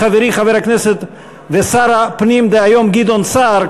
מחברי חבר הכנסת ושר הפנים דהיום גדעון סער,